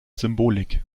symbolik